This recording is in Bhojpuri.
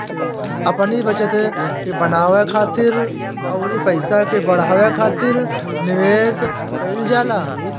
अपनी बचत के बनावे खातिर अउरी पईसा के बढ़ावे खातिर निवेश कईल जाला